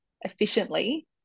efficiently